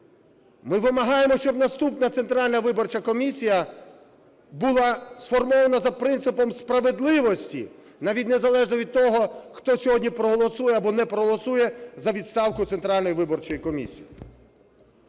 Ми вимагаємо, щоб наступна Центральна виборча комісія була сформована за принципом справедливості, навіть незалежно від того, хто сьогодні проголосує або не проголосує за відставку Центральної виборчої комісії.